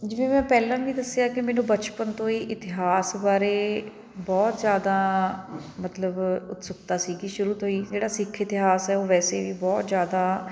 ਜਿਵੇਂ ਮੈਂ ਪਹਿਲਾਂ ਵੀ ਦੱਸਿਆ ਕਿ ਮੈਨੂੰ ਬਚਪਨ ਤੋਂ ਹੀ ਇਤਿਹਾਸ ਬਾਰੇ ਬਹੁਤ ਜ਼ਿਆਦਾ ਮਤਲਬ ਉਤਸੁਕਤਾ ਸੀ ਕਿ ਸ਼ੁਰੂ ਤੋਂ ਹੀ ਜਿਹੜਾ ਸਿੱਖ ਇਤਿਹਾਸ ਹੈ ਉਹ ਵੈਸੇ ਵੀ ਬਹੁਤ ਜ਼ਿਆਦਾ